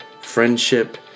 friendship